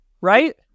right